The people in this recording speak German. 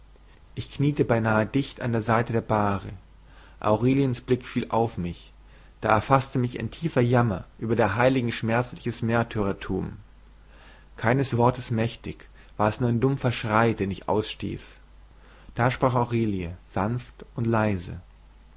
ich kniete beinahe dicht an der seite der bahre aureliens blick fiel auf mich da erfaßte mich tiefer jammer über der heiligen schmerzliches märtyrertum keines wortes mächtig war es nur ein dumpfer schrei den ich ausstieß da sprach aurelie sanft und leise